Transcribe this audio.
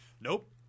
nope